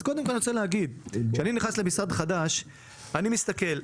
אז קודם כול אני רוצה להגיד שכשאני נכנס למשרד חדש אני מסתכל,